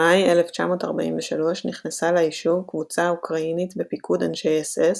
במאי 1943 נכנסה ליישוב קבוצה אוקראינית בפיקוד אנשי ס"ס,